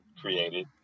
Created